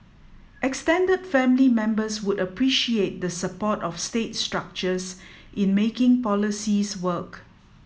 extended family members would appreciate the support of state structures in making policies work